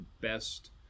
best